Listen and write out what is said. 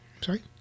sorry